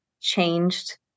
changed